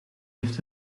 heeft